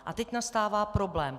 A teď nastává problém.